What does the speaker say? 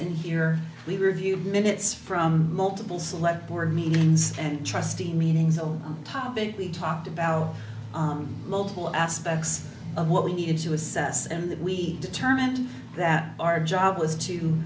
in here we reviewed minutes from multiple select board meetings and trustee meetings a topic we talked about multiple aspects of what we needed to assess and that we determined that our job was to